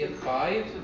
five